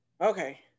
okay